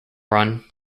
run